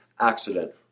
accident